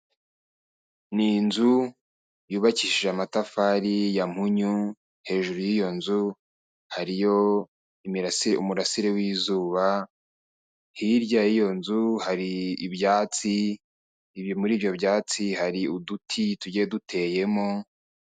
Ni inzu yubakishije amatafari ya mpunyu hejuru y'iyo nzu hariyo imirasire, umurasire w'izuba, hirya y'iyo nzu hari ibyatsi ibi muri ibyo byatsi hari uduti tujyiye duteyemo.